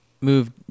move